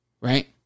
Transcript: right